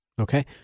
Okay